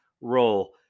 role